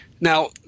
Now